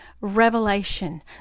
revelation